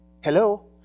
Hello